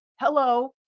hello